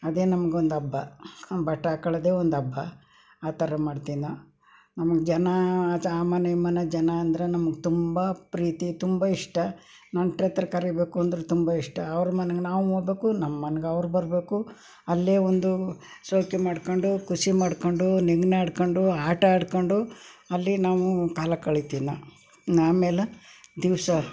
ಅದೇ ನಮ್ಗೊಂದು ಹಬ್ಬ ಬಟ್ಟೆ ಹಾಕೊಳ್ಳೋದೆ ಒಂದು ಹಬ್ಬ ಆ ಥರ ಮಾಡ್ತೀವಿ ನಾವು ನಮ್ಮ ಜನ ಆ ಮನೆ ಈ ಮನೆ ಜನ ಅಂದರೆ ನಮ್ಗೆ ತುಂಬ ಪ್ರೀತಿ ತುಂಬ ಇಷ್ಟ ನೆಂಟ್ರ ಹತ್ರ ಕರಿಬೇಕು ಅಂದ್ರೆ ತುಂಬ ಇಷ್ಟ ಅವ್ರ ಮನೆಗೆ ನಾವು ಹೋಗ್ಬೇಕು ನಮ್ಮ ಮನ್ಗೆ ಅವ್ರು ಬರಬೇಕು ಅಲ್ಲೇ ಒಂದು ಶೋಕಿ ಮಾಡ್ಕೊಂಡು ಖುಷಿ ಮಾಡ್ಕೊಂಡು ನೆಗ್ದಾಡ್ಕೊಂಡು ಆಟ ಆಡ್ಕೊಂಡು ಅಲ್ಲಿ ನಾವು ಕಾಲ ಕಳಿತೀವಿ ನಾವು ಆಮೇಲೆ ದಿವಸ